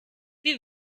wie